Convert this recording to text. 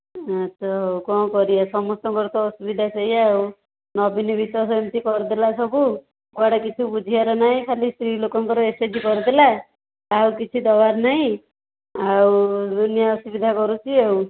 ତ କ'ଣ କରିବା ସମସ୍ତଙ୍କର ତ ଅସୁବିଧା ସେଇଆ ଆଉ ନବୀନ ବି ତ ସେମିତି କରିଦେଲା ସବୁ କୁଆଡେ କିଛି ବୁଝିବାର ନାହିଁ ଖାଲି ସ୍ତ୍ରୀ ଲୋକଙ୍କର ଏସ୍ ଏଚ୍ ଜି କରିଦେଲା ଆଉ କିଛି ଦେବାର ନାହିଁ ଆଉ ଦୁନିଆ ଅସୁବିଧା କରୁଛି ଆଉ